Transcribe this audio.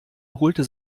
holte